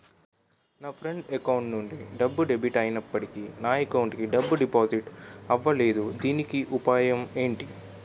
నా friend account నుండి డబ్బు డెబిట్ అయినప్పటికీ నా అకౌంట్ కి డబ్బు డిపాజిట్ అవ్వలేదుదీనికి ఉపాయం ఎంటి?